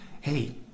hey